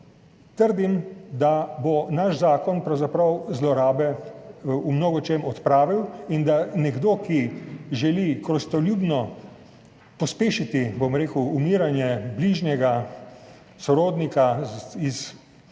Trdim, da bo naš zakon pravzaprav zlorabe v mnogočem odpravil in da nekdo, ki želi koristoljubno pospešiti umiranje bližnjega sorodnika iz